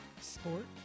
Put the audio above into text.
sport